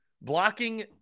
blocking